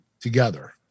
together